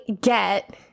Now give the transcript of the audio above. get